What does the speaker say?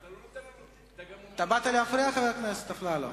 אתה באת להפריע, חבר הכנסת אפללו?